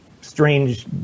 strange